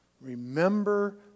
Remember